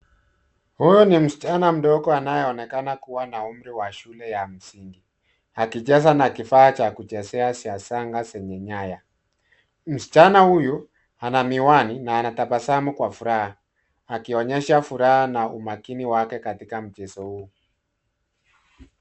Huyu ni msichana mdogo anayeonekana kuwa na umri ya shule ya msingi ,akicheza na kifaa cha kuchezea za shanga zenye nyaya . Msichana huyu ana miwani na anatabasamu kwa furaha akionyesha furaha na umakini wake katika mchezo huu.